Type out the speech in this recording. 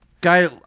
Guy